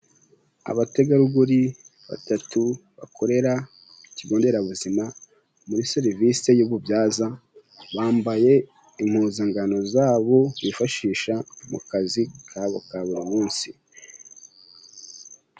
Abategarugori batatu, bakorera ikigo nderabuzima muri serivise y'ububyaza, bambaye impuzangano zabo bifashisha mu kazi kabo ka buri munsi.